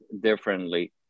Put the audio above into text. differently